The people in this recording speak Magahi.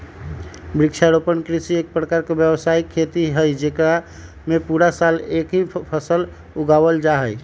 वृक्षारोपण कृषि एक प्रकार के व्यावसायिक खेती हई जेकरा में पूरा साल ला एक ही फसल उगावल जाहई